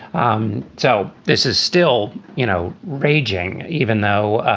um so this is still you know raging, even though